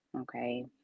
okay